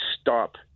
stop